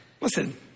Listen